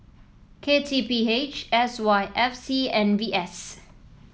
K T P H S Y F C and V S